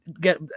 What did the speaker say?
get